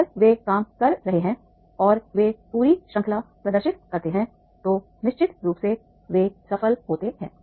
अगर वे काम कर रहे हैं और वे पूरी श्रृंखला प्रदर्शित करते हैं तो निश्चित रूप से वे सफल होते हैं